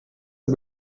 der